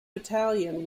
battalion